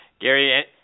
Gary